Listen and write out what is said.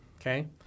Okay